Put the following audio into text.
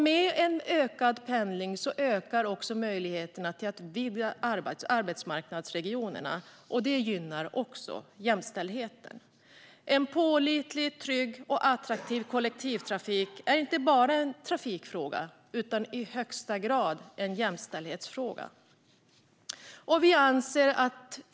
Med en ökad pendling ökar också möjligheterna att vidga arbetsmarknadsregionerna, och det gynnar också jämställdheten. En pålitlig, trygg och attraktiv kollektivtrafik är inte bara en trafikfråga utan i högsta grad också en jämställdhetsfråga.